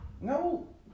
No